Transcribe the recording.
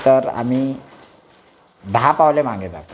तर आम्ही दहा पावले मागे जातो